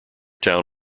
town